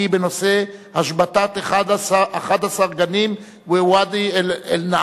והיא בנושא: השבתת 11 גנים בוואדי-אל-נעם.